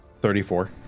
34